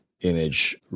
image